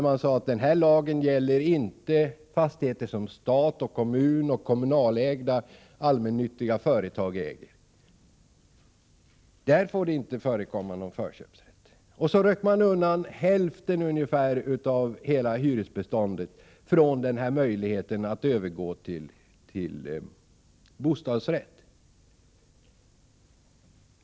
Man sade att den här lagen inte gäller fastigheter som stat och kommun eller kommunalägda allmännyttiga företag äger. Där får det inte förekomma någon förköpsrätt. Och så ryckte man undan ungefär hälften av hela hyresbeståndet från möjligheten att övergå till bostadsrätt.